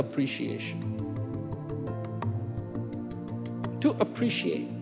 appreciation to appreciate